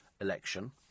election